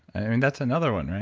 i mean, that's another one,